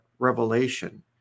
revelation